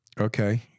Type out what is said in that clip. okay